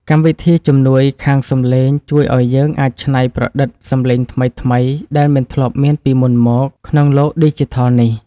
កម្មវិធីជំនួយខាងសំឡេងជួយឱ្យយើងអាចច្នៃប្រឌិតសំឡេងថ្មីៗដែលមិនធ្លាប់មានពីមុនមកក្នុងលោកឌីជីថលនេះ។